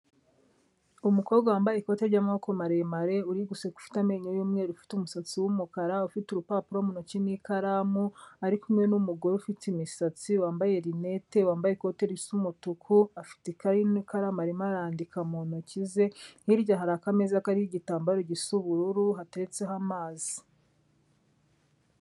Umukobwa wambaye ikoti ry'amaboko maremare, uri guseka ufite amenyo y'umweru, ufite umusatsi w'umukara, ufite urupapuro mutoki n'ikaramu, ari kumwe n'umugore ufite imisatsi, wambaye lunette, wambaye ikote risa umutuku, afite ikayi n'ikaramu, arimo arandika mu ntoki ze, hirya hari aka meza kariho igitambaro gisa ubururu hateretseho amazi.